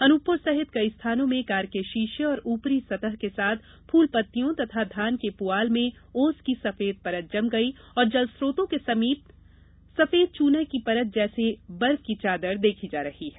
अनूपपुर सहित कई स्थानों में कार के शीशे और ऊपरी सतह के साथ फूल पत्तियों तथा धान के प्रआल में ओस की सफेद परत जम गई और जलस्रोतों के समीप सफेद चूना की परत जैसे बर्फ की चादर देखी जा रही है